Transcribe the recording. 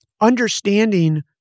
understanding